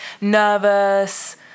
nervous